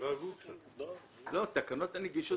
תקנות הנגישות